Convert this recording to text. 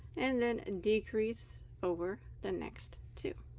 and then a decrease over the next two